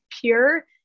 pure